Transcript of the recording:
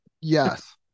Yes